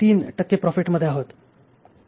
3 टक्के प्रॉफीट मधे आहोत